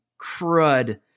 crud